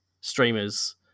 streamers